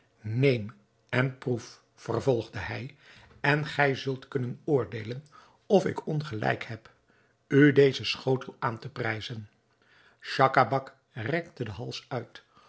neem en proef vervolgde hij en gij zult kunnen oordeelen of ik ongelijk heb u dezen schotel aan te prijzen schacabac rekte den hals uit